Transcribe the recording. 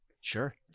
Sure